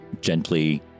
gently